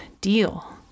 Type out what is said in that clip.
deal